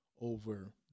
over